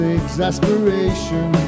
exasperation